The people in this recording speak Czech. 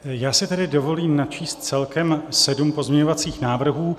Já si tedy dovolím načíst celkem sedm pozměňovacích návrhů.